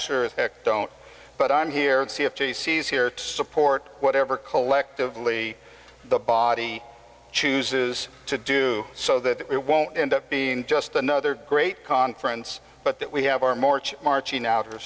sure as heck don't but i'm here to see if she sees here to support whatever collectively the body chooses to do so that it won't end up being just another great conference but that we have our march marching out